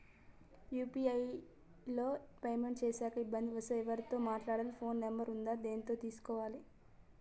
UPI లో payment చేశాక ఇబ్బంది వస్తే ఎవరితో మాట్లాడాలి? ఫోన్ నంబర్ ఉందా దీనికోసం?